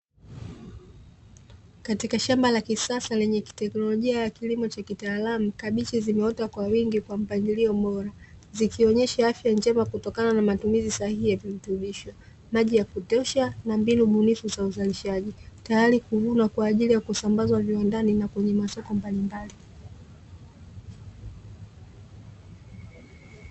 Katika shamba la kisasa lenye tekinolojia ya kitaalamu kabichi zimeota kwa wingi kwa mpangilio bora, zikionesha afya njema kutokana na matumizi sahihi ya virutubisho, maji ya kutosha na mbinu bunifu za uzalishaji tayari kuvunwa kwaajili ya kusambazwa viwandani na kwenye masoko mbalimbali.